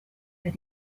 but